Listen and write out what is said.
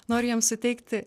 noriu jiems suteikti